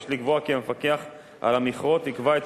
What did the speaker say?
המבקשת לקבוע כי המפקח על המכרות יקבע את